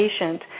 patient